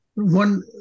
one